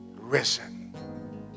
risen